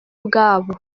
ubwabo